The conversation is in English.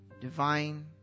divine